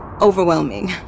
overwhelming